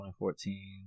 2014